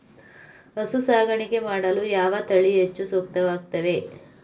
ಹಸು ಸಾಕಾಣಿಕೆ ಮಾಡಲು ಯಾವ ತಳಿ ಹೆಚ್ಚು ಸೂಕ್ತವಾಗಿವೆ?